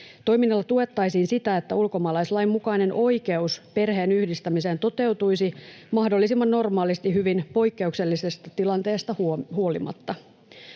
Toiminnalla tuettaisiin sitä, että ulkomaalaislain mukainen oikeus perheenyhdistämiseen toteutuisi mahdollisimman normaalisti hyvin poikkeuksellisesta tilanteesta huolimatta.